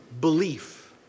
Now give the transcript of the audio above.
belief